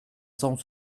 cent